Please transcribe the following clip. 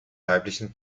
weiblichen